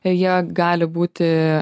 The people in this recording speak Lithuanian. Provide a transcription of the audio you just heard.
jie gali būti